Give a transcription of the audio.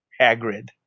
Hagrid